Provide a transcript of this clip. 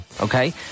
okay